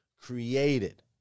created